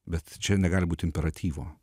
bet čia negali būt imperatyvo